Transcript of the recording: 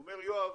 אומר יואב